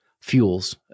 fuels